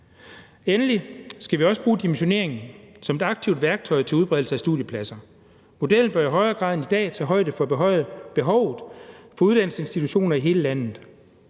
Endelig skal vi også bruge dimensioneringen som et aktivt værktøj til udbredelse af studiepladser. Modellen bør i højere grad end i dag tage højde for behovet for uddannelsesinstitutioner i hele landet.